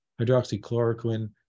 Hydroxychloroquine